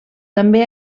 també